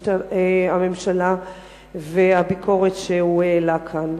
הממשלה ועל הביקורת שהוא העלה כאן.